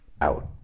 Out